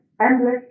endless